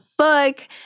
book